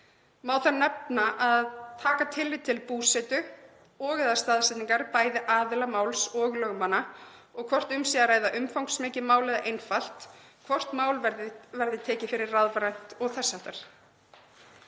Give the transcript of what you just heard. Má þar nefna að taka verði tillit til búsetu og/eða staðsetningar bæði aðila máls og lögmanna og hvort um sé að ræða umfangsmikið mál eða einfalt, hvort mál verði tekið fyrir rafrænt og þess háttar.